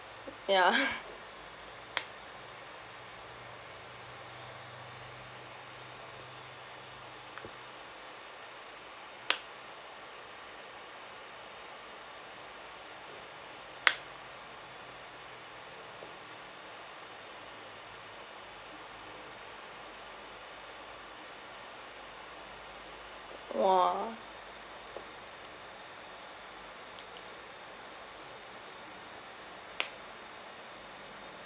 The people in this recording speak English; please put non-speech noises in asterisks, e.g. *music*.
*noise* yeah *laughs* !wah!